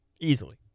Easily